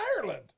ireland